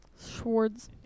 Schwartz